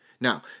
Now